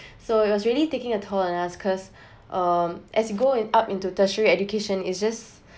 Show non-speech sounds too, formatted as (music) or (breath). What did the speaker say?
(breath) so it was really taking a toll on us cause (breath) um as you go in up into tertiary education is just